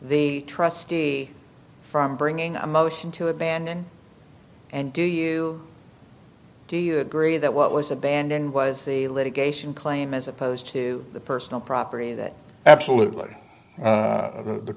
the trustee from bringing a motion to abandon and do you do you agree that what was abandoned was the litigation claim as opposed to the personal property that absolutely